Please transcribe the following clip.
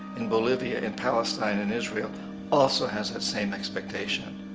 in bolivia, in palestine, in israel also has that same expectation.